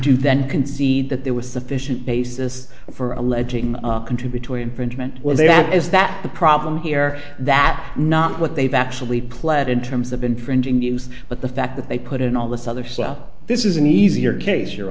you then concede that there was sufficient basis for alleging contributory infringement well that is that the problem here that not what they've actually pled in terms of infringing use but the fact that they put in all this other cell this is an easier case you